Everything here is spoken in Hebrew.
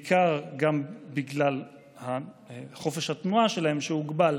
בעיקר גם בגלל חופש התנועה שלהם שהוגבל,